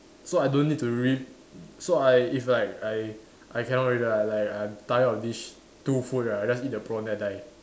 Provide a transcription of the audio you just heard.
so I don't need to re~ so I it's like I I cannot really ah like I tired of these sh~ two food right I just eat the prawn then I die